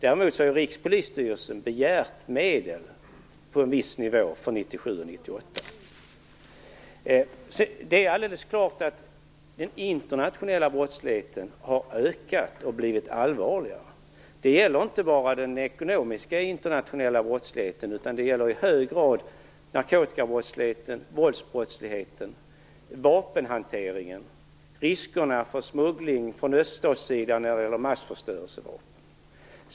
Däremot har Rikspolisstyrelsen begärt medel på en viss nivå för Det är alldeles klart att den internationella brottsligheten har ökat och blivit allvarligare. Det gäller inte bara den ekonomiska internationella brottsligheten utan i hög grad även narkotikabrottsligheten, våldsbrottsligheten, vapenhanteringen, riskerna för smuggling från öststatssidan av massförstörelsevapen.